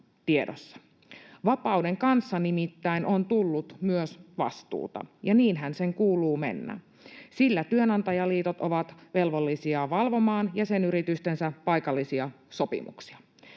Vapauden kanssa nimittäin on tullut myös vastuuta, ja niinhän sen kuuluu mennä, sillä työnantajaliitot ovat velvollisia valvomaan jäsenyritystensä paikallisia sopimuksia.